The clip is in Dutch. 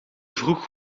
vroeg